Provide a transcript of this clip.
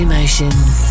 Emotions